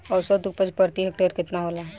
औसत उपज प्रति हेक्टेयर केतना होला?